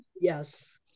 Yes